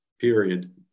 period